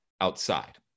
outside